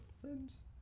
friends